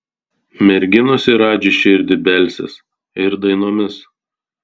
merginos į radži širdį belsis ir dainomis